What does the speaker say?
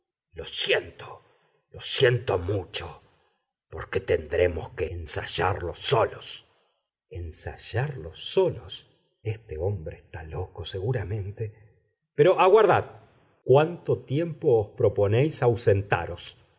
lo siento lo siento mucho porque tendremos que ensayarlo solos ensayarlo solos este hombre está loco seguramente pero aguardad cuánto tiempo os proponéis ausentaros